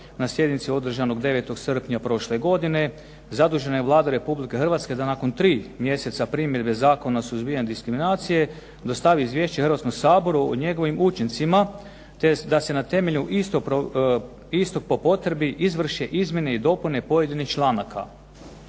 na sjednici održanoj 9. srpnja prošle godine zadužena je Vlada Republike Hrvatske da nakon tri mjeseca primjene Zakona o suzbijanju diskriminacije dostavi izvješće Hrvatskom saboru o njegovim učincima te da se na temelju istog po potrebi izvrše izmjene i dopune pojedinih članak.